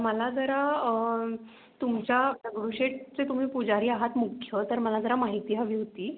मला जरा तुमच्या दगडूशेठचे तुम्ही पुजारी आहात मुख्य तर मला जरा माहिती हवी होती